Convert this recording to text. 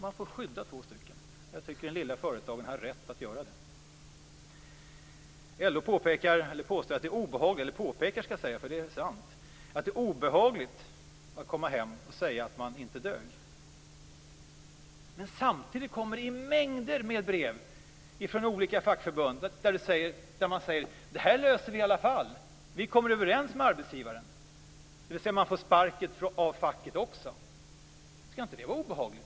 Man får skydda två personer, och jag tycker att det lilla företaget har rätt att göra det. LO påpekar, vilket är sant, att det är obehagligt att komma hem och säga att man inte dög. Men samtidigt kommer det mängder med brev från olika fackförbund där det sägs att man löser detta i alla fall och att man kommer överens med arbetsgivaren, dvs. att man får sparken av facket också. Skall inte det vara obehagligt?